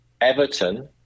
Everton